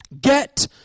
Get